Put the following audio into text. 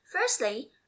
firstly